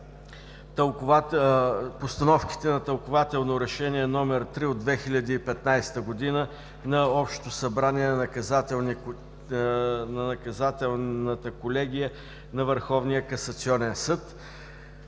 постановките на Тълкувателно решение № 3 от 2015 г. на Общото събрание на Наказателната колегия на